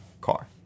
car